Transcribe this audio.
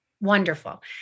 wonderful